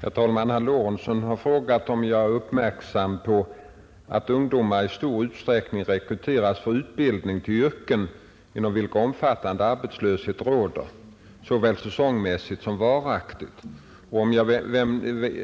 Herr talman! Herr Lorentzon har frågat mig om jag är uppmärksam på att ungdomar i stor utsträckning rekryteras för utbildning till yrken inom vilka omfattande arbetslöshet råder, såväl säsongmässig som varaktig, och om jag